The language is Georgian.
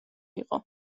იყო